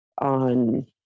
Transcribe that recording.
on